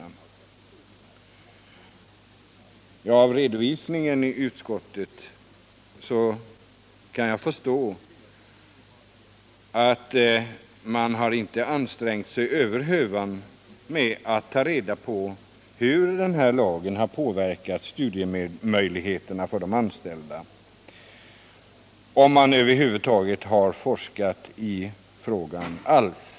Av utskottets redovisning kan jag förstå att man inte har ansträngt sig över hövan med att ta reda på hur denna lag har påverkat studiemöjligheterna för de anställda, om man över huvud taget har forskat i frågan alls.